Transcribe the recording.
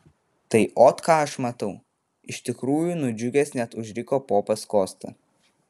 tai ot ką aš matau iš tikrųjų nudžiugęs net užriko popas kosta